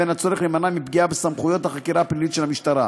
לבין הצורך להימנע מפגיעה בסמכויות החקירה הפלילית של המשטרה.